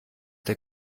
der